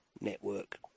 network